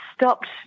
Stopped